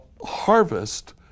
harvest